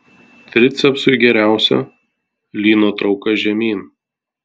tricepsui geriausia lyno trauka žemyn